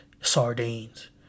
sardines